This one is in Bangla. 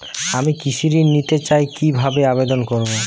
আমি কৃষি ঋণ নিতে চাই কি ভাবে আবেদন করব?